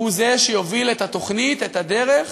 הוא זה שיוביל את התוכנית, את הדרך,